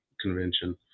convention